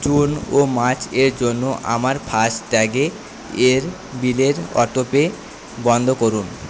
June ও মার্চের জন্য আমার ফাস্ট ট্যাগের বিলের অটো পে বন্ধ করুন